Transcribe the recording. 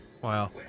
Wow